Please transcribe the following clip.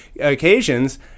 occasions